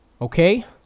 Okay